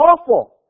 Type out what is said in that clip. awful